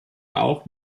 auch